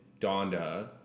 Donda